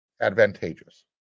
advantageous